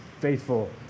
faithful